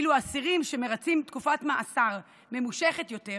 ואילו אסירים שמרצים תקופת מאסר ממושכת יותר